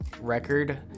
Record